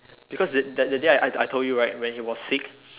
because that that day I I told you right when he was sick